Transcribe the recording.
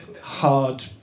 hard